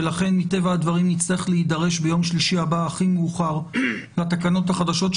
ולכן מטבע הדברים נצטרך להידרש ביום שלישי הבא הכי מאוחר לתקנות החדשות,